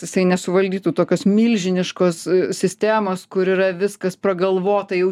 jisai nesuvaldytų tokios milžiniškos sistemos kur yra viskas pragalvota jau